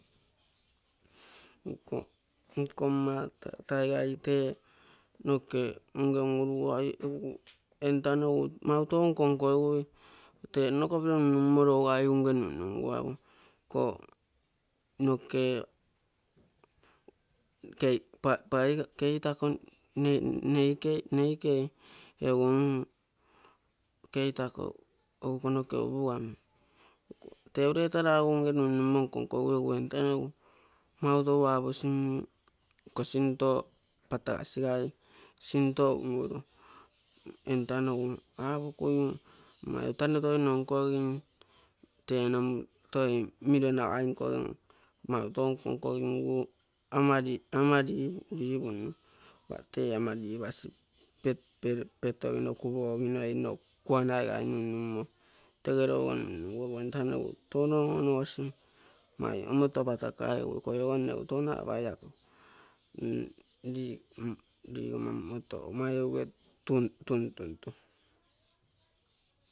Nkomma tataigai tee unge unuruguoi entano egu mautou nkonkogugui tee nno kopiro nunnunmo lougai unge nunnungu ureita ragu unge nunnumo nkonkogigui egu etano egu mautou aposi iko sinto patagasigai sinta unuru. Etano egu apokui mai outano toi nno nkogim tee nomu toi miro nagai nkogim mautou nko-nkogimpigu ama lipui, lopate ama lipasi petogino kupogeminoi nno kuanaigai nunnunmo tege louge nunnuuguo egu entano egu touno on onogosi mai omoto patakai, egu ikoi-oogo nnego touno apai ligomma motou mai ouge tuntuntu.